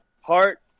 heart